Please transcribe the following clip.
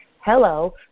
Hello